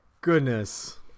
goodness